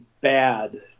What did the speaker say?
bad